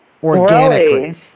organically